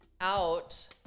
out